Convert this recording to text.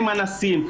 הם אנסים.